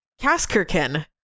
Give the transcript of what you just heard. Kaskirkin